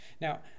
Now